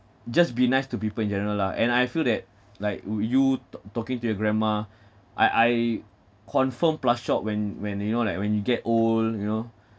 just be nice to people in general lah and I feel that like would you talk talking to your grandma I I confirm plus shock when when you know like when you get old you know